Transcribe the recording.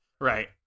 Right